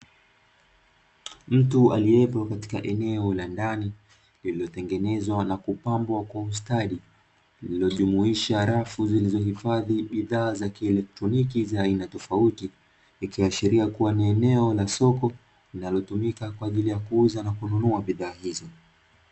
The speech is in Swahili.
Mtu aliyepo katika eneo la ndani lililotengenezwa na kupambwa kwa ustadi, lililojumuisha rafu zilizohifadhi bidhaa za kielektroniki za aina tofauti, ikiashiria kuwa ni eneo la soko linalotumika kwaajili ya kuuza na kununua bidhaa hizo.